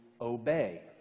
obey